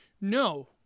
No